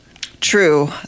True